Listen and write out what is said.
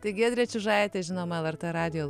tai giedrė čiužaitė žinoma lrt radijo